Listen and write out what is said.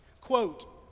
quote